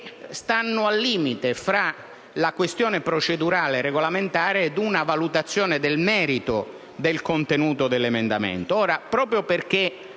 stanno al limite fra la questione procedurale-regolamentare ed una valutazione del merito del contenuto dell'emendamento. Ora, proprio perché